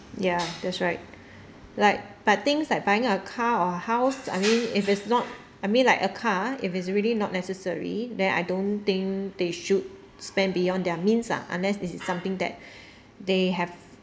ya that's right like but things like buying a car or a house I mean if it's not I mean like a car if it's really not necessary then I don't think they should spend beyond their means ah unless this is something that they have